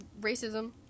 racism